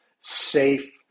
safe